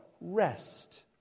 Rest